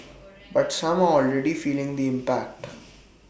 but some are already feeling the impact